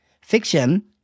Fiction